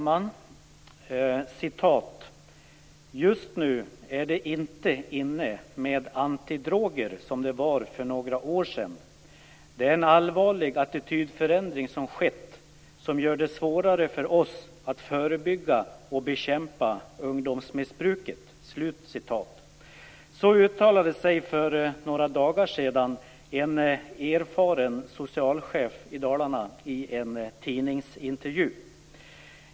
Fru talman! "Just nu är det inte inne med antidroger som det var för några år sedan. Det är en allvarlig attitydförändring som skett som gör det svårare för oss att förebygga och bekämpa ungdomsmissbruket." Så uttalade sig för några dagar sedan en erfaren socialchef i Dalarna i en tidningsintervju.